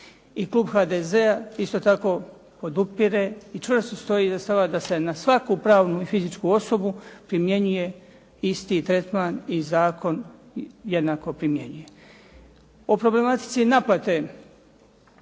klub HDZ-a isto tako podupire i čvrsto stoji da se na svaku pravnu i fizičku osobu primjenjuje isti tretman i zakon jednako primjenjuje. O problematici naplate